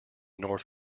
north